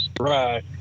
Right